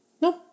No